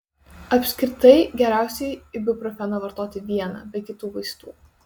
apskritai geriausiai ibuprofeną vartoti vieną be kitų vaistų